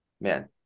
man